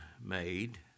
made